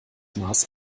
maß